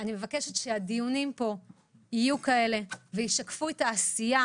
אני מבקשת שהדיונים פה יהיו כאלה וישקפו את העשייה